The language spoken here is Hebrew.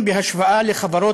שעשו ממנה משהו מאוד חשוב,